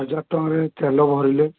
ହଜାର ଟଙ୍କାରେ ତେଲ ଭରିଲେ